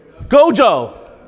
Gojo